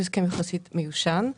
זה הסכם מיושן יחסית.